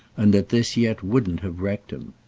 and that this yet wouldn't have wrecked him.